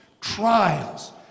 trials